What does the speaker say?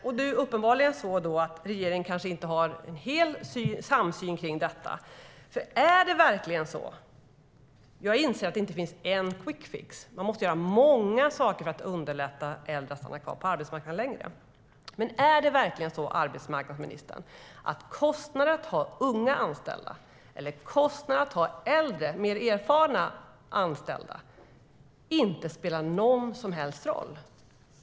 Det är uppenbarligen så att regeringen kanske inte har en samsyn om detta. Jag inser att det inte finns en quickfix. Man måste göra många saker för att underlätta för äldre att stanna kvar på arbetsmarknaden längre. Men är det verkligen så, arbetsmarknadsministern, att kostnaderna för att ha unga anställda eller kostnaderna för att ha äldre mer erfarna anställda inte spelar någon som helst roll?